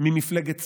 ממפלגת צומת.